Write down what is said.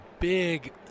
big